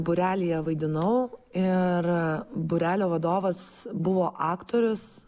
būrelyje vaidinau ir būrelio vadovas buvo aktorius